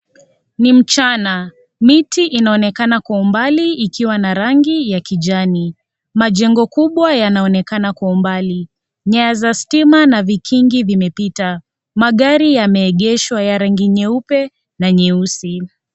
Ni mchana. Miti inaonekana kwa umbali ikiwa na rangi ya kijani. Majengo kubwa yanaonekana kwa umbali. Nyaya za stima na vikingi vimepita. Magari yameegeshwa ya rangi nyeupe na nyeusi.